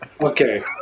Okay